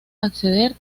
acceder